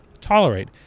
Tolerate